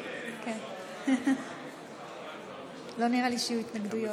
לא נראה לי שיהיו התנגדויות.